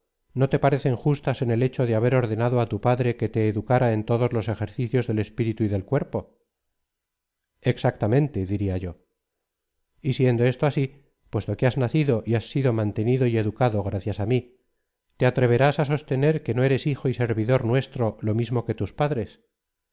no te parecen justas en el hecho de haber ordenado á tu padre que te educara en todos los ejercicios del espíritu y del cuerpo exactamente diria yo y siendo esto así puesto que has nacido y has sido mantenido y educado gracias á mí te atreverás á sostener que no eres hijo y servidor nuestro lo mismo que tus padres